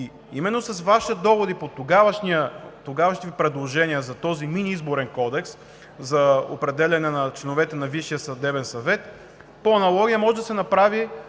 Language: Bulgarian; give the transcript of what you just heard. а именно с Вашите доводи за тогавашните предложения за този мини изборен кодекс – за определяне членовете на Висшия съдебен съвет, по аналогия може да се направи